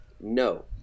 no